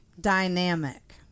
dynamic